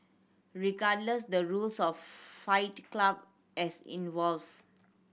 regardless the rules of Fight Club as evolve